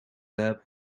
lab